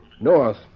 North